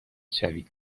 شوید